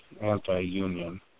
anti-union